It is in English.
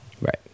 Right